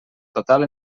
total